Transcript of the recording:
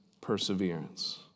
perseverance